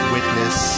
Witness